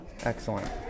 Excellent